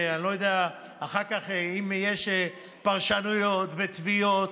כדי שאם אחר כך יש פרשנויות ותביעות,